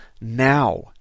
now